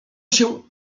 się